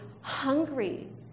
hungry